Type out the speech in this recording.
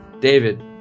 David